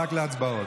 רק להצבעות.